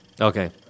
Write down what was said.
Okay